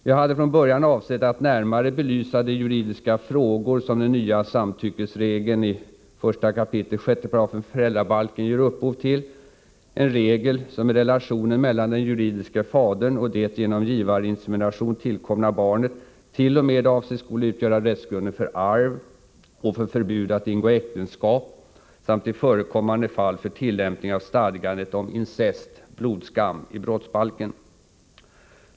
Jag hade från början avsett att närmare belysa de juridiska frågor som den nya samtyckesregeln i 1 kap. 6 § föräldrabalken ger upphov till, en regel som i relationen mellan den juridiske fadern och det genom givarinsemination tillkomna barnet t.o.m. avses skola utgöra rättsgrunden för arv och för förbud att ingå äktenskap samt i förekommande fall för tillämpning av stadgandet om incest, blodskam, i brottsbalken.